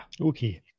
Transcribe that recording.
Okay